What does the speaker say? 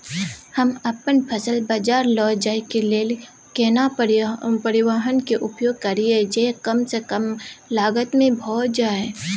हम अपन फसल बाजार लैय जाय के लेल केना परिवहन के उपयोग करिये जे कम स कम लागत में भ जाय?